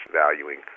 valuing